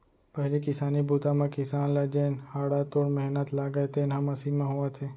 पहिली किसानी बूता म किसान ल जेन हाड़ा तोड़ मेहनत लागय तेन ह मसीन म होवत हे